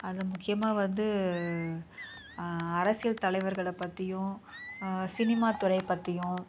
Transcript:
அதை முக்கியமாக வந்து அரசியல் தலைவர்களை பற்றியும் சினிமா துறை பற்றியும்